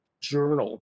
journal